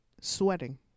sweating